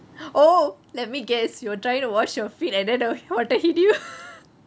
oh let me guess you were trying to wash your feet and then the water hit you